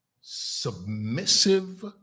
submissive